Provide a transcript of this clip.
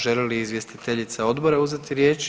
Želi li izvjestiteljica odbora uzeti riječ?